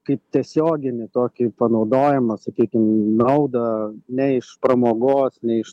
kaip tiesioginį tokį panaudojama sakykim naudą ne iš pramogos ne iš